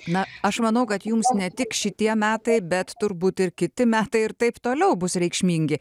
na aš manau kad jums ne tik šitie metai bet turbūt ir kiti metai ir taip toliau bus reikšmingi